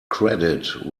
credit